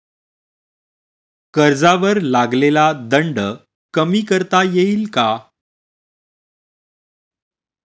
कर्जावर लागलेला दंड कमी करता येईल का?